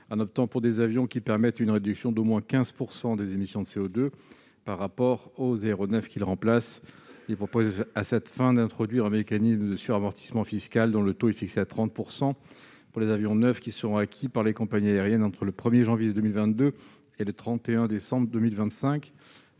en optant pour des avions qui permettent une réduction d'au moins 15 % des émissions de CO2 par rapport aux aéronefs qu'ils remplacent. Il s'agit, à cette fin, d'introduire un mécanisme de suramortissement fiscal dont le taux est fixé à 30 % pour les avions neufs qui seront acquis par les compagnies aériennes entre le 1 janvier 2022 et le 31 décembre 2025.